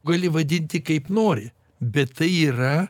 gali vadinti kaip nori bet tai yra